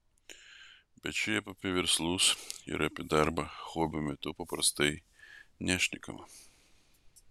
bet šiaip apie verslus ir apie darbą hobio metu paprastai nešnekama